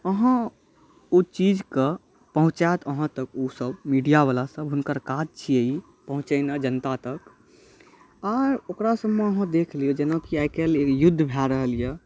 अहाँ ओ चीजके पहुँचाएत अहाँ तक ओसब मीडिआवलासब हुनकर काज छिए ई पहुँचेनाइ जनता तक आओर ओकरासबमे अहाँ देखि लिऔ जेनाकि आइकाल्हि युद्ध भऽ रहल अइ